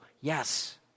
Yes